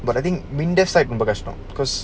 but I think ரொம்பகஷ்டம்:romba kashtam